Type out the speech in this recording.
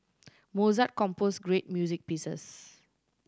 Mozart composed great music pieces